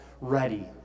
ready